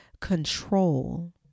control